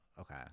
Okay